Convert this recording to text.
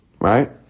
Right